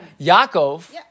Yaakov